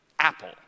Apple